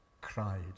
cried